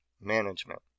management